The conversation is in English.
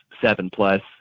seven-plus